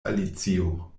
alicio